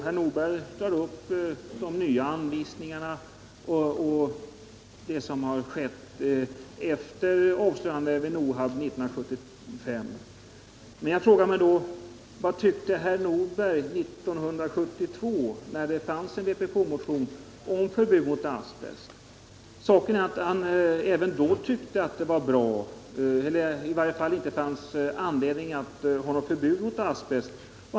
Herr Nordberg tar upp de nya anvisningarna och det som skett efter avslöjandet vid NOHAB 1975. Men vad tyckte herr Nordberg 1972, när det fanns cn vpk-motion om förbud mot asbest? Saken är väl den att han då inte tyckte att det fanns anledning att ha förbud mot asbest.